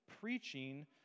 preaching